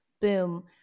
boom